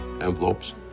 envelopes